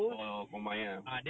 oh combine ah